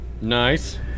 Nice